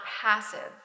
passive